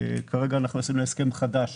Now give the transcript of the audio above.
כרגע עשינו הסכם חדש